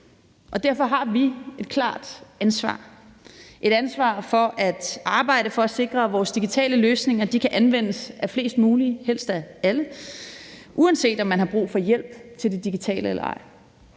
Derfor har vi et klart ansvar – et ansvar for at arbejde for at sikre, at vores digitale løsninger kan anvendes af flest mulige, helst af alle, uanset om man har brug for hjælp til det digitale eller ej.